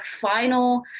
final